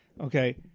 Okay